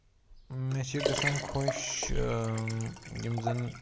مےٚ چھِ گژھان خۄش یِم زَن